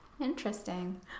Interesting